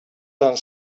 done